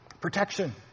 Protection